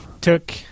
took